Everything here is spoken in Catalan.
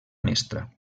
mestra